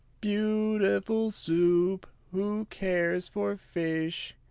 beautiful soup! who cares for fish,